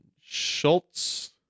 Schultz